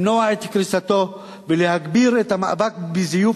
למנוע את קריסתו ולהגביר את המאבק בזיוף